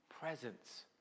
presence